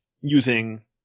using